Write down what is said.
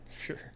sure